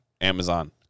Amazon